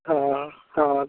हँ हँ